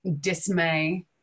dismay